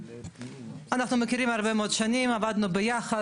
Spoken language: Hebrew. אנחנו מכירים הרבה מאוד שנים, עבדנו יחד.